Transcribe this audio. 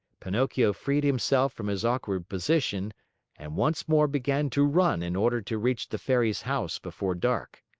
pinocchio freed himself from his awkward position and once more began to run in order to reach the fairy's house before dark.